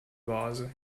vase